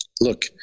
look